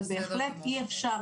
אבל בהחלט אי אפשר,